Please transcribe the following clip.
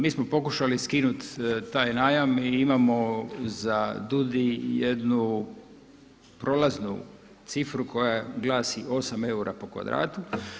Mi smo pokušali skinut taj najam i imamo za DUUDI jednu prolaznu cifru koja glasi 8 eura po kvadratu.